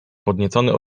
podniecony